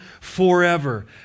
forever